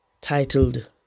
titled